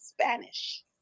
Spanish